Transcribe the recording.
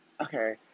okay